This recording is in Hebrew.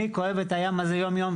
אני כואב את הים הזה יום יום,